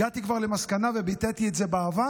הגעתי כבר למסקנה, וביטאתי את זה בעבר,